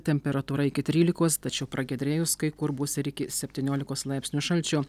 temperatūra iki trylikos tačiau pragiedrėjus kai kur bus ir iki septyniolikos laipsnių šalčio